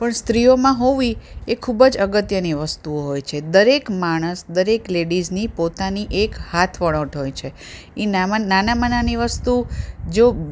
પણ સ્ત્રીઓમાં હોવી એ ખૂબ જ અગત્યની વસ્તુઓ હોય છે દરેક માણસ દરેક લેડિઝની પોતાની એક હાથ વણોટ હોય છે એ નામા નાનામાં નાની વસ્તુ જો